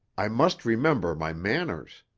i must remember my manners.